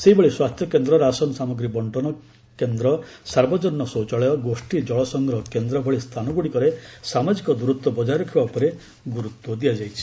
ସେହିଭଳି ସ୍ୱାସ୍ଥ୍ୟକେନ୍ଦ୍ର ରାସନ ସାମଗ୍ରୀ ବଙ୍କନ କେନ୍ଦ୍ର ସାର୍ବଜନୀନ ଶୌଚାଳୟ ଗୋଷୀ ଜଳସଂଗ୍ରହ କେନ୍ଦ୍ର ଭଳି ସ୍ଥାନଗୁଡ଼ିକରେ ସାମାଜିକ ଦୂରତ୍ୱ ବକାୟ ରଖିବା ଉପରେ ଗୁରୁତ୍ୱ ଦିଆଯାଇଛି